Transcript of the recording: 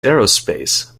aerospace